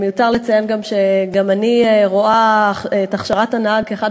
מיותר לציין שגם אני רואה את הכשרת הנהג כאחד